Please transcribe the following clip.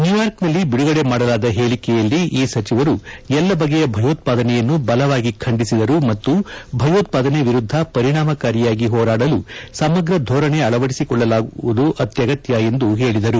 ನ್ಯೂಯಾರ್ಕ್ನಲ್ಲಿ ಬಿಡುಗಡೆ ಮಾಡಲಾದ ಹೇಳಿಕೆಯಲ್ಲಿ ಈ ಸಚಿವರು ಎಲ್ಲ ಬಗೆಯ ಭೆಯೋತ್ವಾದನೆಯನ್ನು ಬಲವಾಗಿ ಖಂಡಿಸಿದರು ಮತ್ತು ಭೆಯೋತ್ವಾದನೆ ವಿರುದ್ದ ಪರಿಣಾಮಕಾರಿಯಾಗಿ ಹೋರಾಡಲು ಸಮಗ್ರ ಧೋರಣೆಯನ್ನು ಅಳವದಿಸಿಕೊಳ್ಳುವುದು ಅತ್ಯಗತ್ಯ ಎಂದು ಹೇಳಿದರು